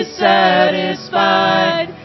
satisfied